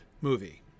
movie